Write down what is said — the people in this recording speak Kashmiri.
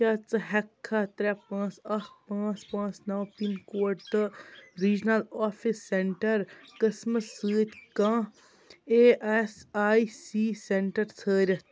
کیٛاہ ژٕہٮ۪کہٕ کھا ترٛےٚ پانٛژھ اَکھ پانٛژھ پانٛژھ نَو پِن کوڈ تہٕ ریٖجنَل آفِس سٮ۪نٛٹَر قٕسمٕس سۭتۍ کانٛہہ E S I C centre ژھٲرِتھ